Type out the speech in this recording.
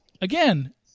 again